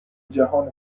جهان